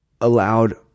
allowed